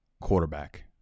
Quarterback